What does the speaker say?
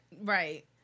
Right